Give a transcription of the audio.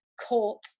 court